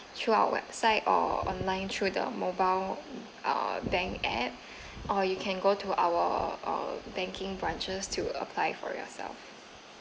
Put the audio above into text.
through our website or online through the mobile uh bank app or you can go to our uh banking branches to apply for yourself